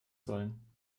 sollen